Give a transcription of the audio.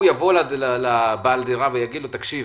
הוא יבוא לבעל הדירה ויגיד לו: "תקשיב,